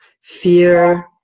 fear